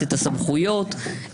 את הסמכויות.